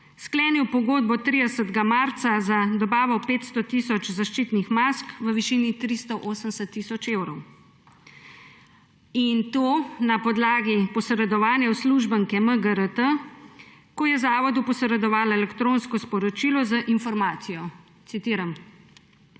sklenil pogodbo 30. marca za dobavo 500 tisoč zaščitnih mask v višini 380 tisoč evrov, in to na podlagi posredovanja uslužbenke MGRT, ko je zavodu posredovala elektronsko sporočilo z informacijo, citiram: